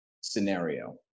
scenario